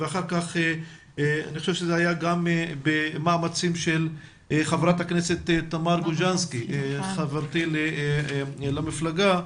אני חושב שזה היה גם במאמצים של ח"כ תמר גוז'נסקי חברתי למפלגה,